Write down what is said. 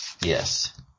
Yes